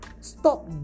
stop